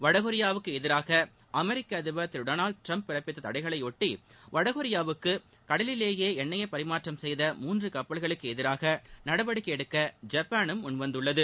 வடகொரியாவுக்கு எதிராக அமெரிக்க அதிபர் திரு டொனால்டு டிரம்ப் பிறப்பித்த தடைகளைபொட்டி வடகொரியாவுக்கு கடலிலேயே எண்னெயை பரிமாற்றம் செய்த மூன்று கப்பல்களுக்கு எதிராக நடவடிக்கை எடுக்க ஜப்பானும் முன்வந்துள்ளது